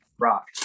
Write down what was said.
rock